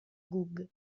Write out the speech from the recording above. gug